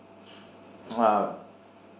ah